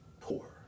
poor